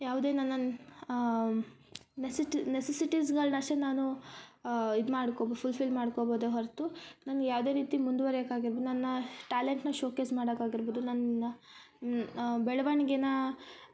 ಯಾವುದೇ ನನ್ನ ನೆಸಿಟಿ ನೆಸ್ಸಿಸಿಟೀಸ್ಗಳನ್ನ ಅಷ್ಟೆ ನಾನು ಇದು ಮಾಡ್ಕೊ ಫುಲ್ಫಿಲ್ ಮಾಡ್ಕೊಬೋದೆ ಹೊರೆತು ನನ್ನ ಯಾವುದೇ ರೀತಿ ಮುಂದೆವರಿಯಕೆ ಆಗಿರ್ಬೋದು ನನ್ನ ಟ್ಯಾಲೆಂಟ್ನ ಶೊಕೇಸ್ ಮಾಡಾಕಾಗಿರ್ಬೋದು ನನ್ನ ಬೆಳವಣಿಗೆನ